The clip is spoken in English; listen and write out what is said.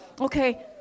Okay